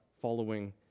following